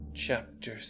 Chapter